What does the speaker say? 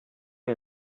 you